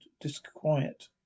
disquiet